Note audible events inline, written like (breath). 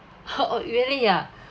!huh! oh really ah (breath)